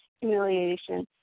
humiliation